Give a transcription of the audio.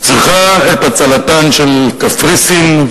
שצריכה את הצלתן של קפריסין,